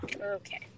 okay